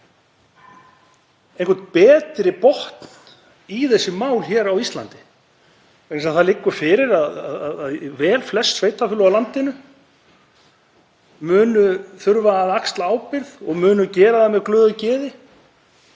einhvern betri botn í þessi mál hér á Íslandi vegna þess að það liggur fyrir að velflest sveitarfélög á landinu munu þurfa að axla ábyrgð og munu gera það með glöðu geði.